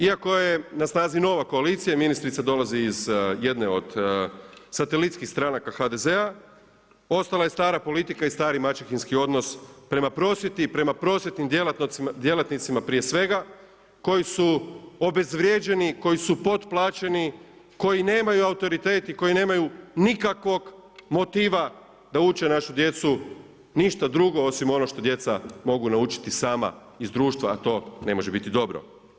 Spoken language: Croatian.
Iako je na snazi nova koalicija, ministrica dolazi iz jedne od satelitskih stranaka HDZ-a, ostala je stara politika i stari maćehinski odnos prema prosvjeti, prema prosvjetnim djelatnicima prije svega, koji se obezvrijeđeni, koji su potplaćeni, koji nemaju autoritet i koji nemaju nikakvog motiva da uče naši djecu ništa drugo osim ono što djeca mogu naučiti sama iz društva, a to ne može biti dobro.